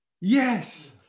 Yes